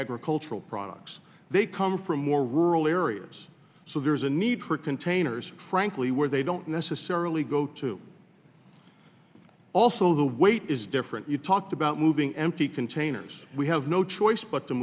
agricultural products they come from more rural areas so there is a need for containers frankly where they don't necessarily go to also the weight is different you talked about moving empty containers we have no choice but to